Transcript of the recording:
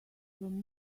from